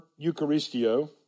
Eucharistio